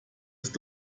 ist